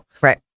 Right